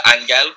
Angel